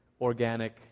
organic